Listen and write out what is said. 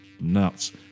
nuts